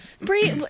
Brie